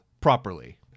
properly